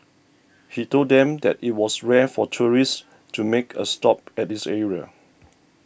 he told them that it was rare for tourists to make a stop at this area